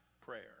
prayer